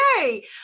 yay